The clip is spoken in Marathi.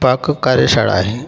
पाक कार्यशाळा आहे